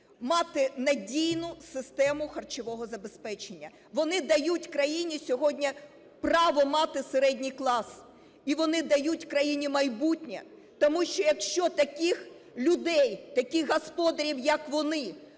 мати надійну систему харчового забезпечення. Вони дають країні сьогодні право мати середній клас і вони дають країні майбутнє. Тому що якщо таких людей, таких господарів, як вони,